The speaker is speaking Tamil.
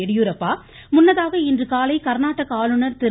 எடியூரப்பா முன்னதாக இன்றுகாலை கர்நாடக ஆளுநர் திரு